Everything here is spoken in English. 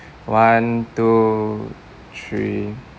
one two three